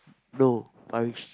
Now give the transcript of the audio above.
no